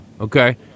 Okay